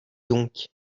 donc